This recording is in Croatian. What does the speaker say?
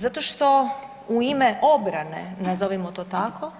Zato što u ime obrane, nazovimo to tako,